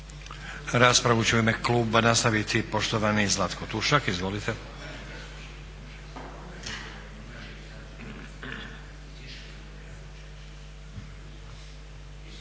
Raspravu će u ime kluba nastaviti poštovani Zlatko Tušak. Izvolite.